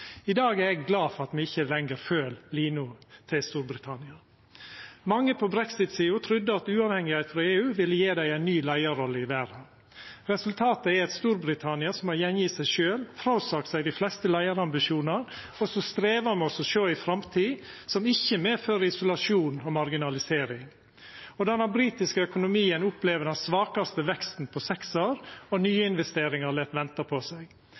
I dag er eg glad for at me ikkje lenger følgjer lina til Storbritannia. Mange på brexitsida trudde at uavhengigheit av EU ville gje dei ei ny leiarrolle i verda. Resultatet er eit Storbritannia som har gått i seg sjølv, sagt frå seg dei fleste leiarambisjonane og strevar med å sjå ei framtid som ikkje medfører isolasjon og marginalisering. Den britiske økonomien opplever den svakaste veksten på seks år, og nyinvesteringar lèt venta på seg.